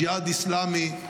ג'יהאד אסלאמי,